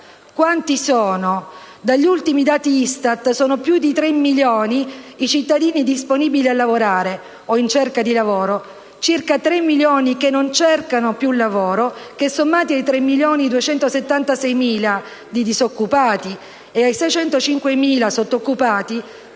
Quanti sono? Secondo gli ultimi dati ISTAT, sono più di 3 milioni i cittadini disponibili a lavorare o in cerca di lavoro e circa 3 milioni quelli che non cercano più lavoro che, sommati ai 3,276 milioni di disoccupati ed ai 605.000 sottoccupati,